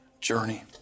journey